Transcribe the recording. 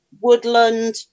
woodland